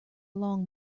along